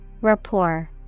Rapport